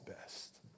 best